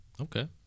Okay